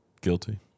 Guilty